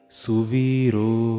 suviro